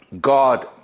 God